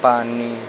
पानी